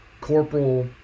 Corporal